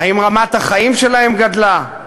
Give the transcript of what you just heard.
האם רמת החיים שלהם עלתה?